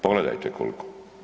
Pogledajte koliko.